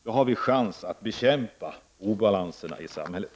Då har vi chans att bekämpa obalanserna i samhället.